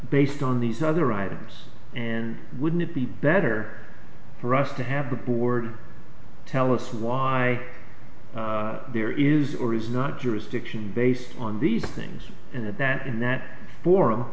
based on these other items and wouldn't it be better for us to have the board tell us why there is or is not jurisdiction based on these things and that in that forum